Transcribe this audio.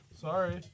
Sorry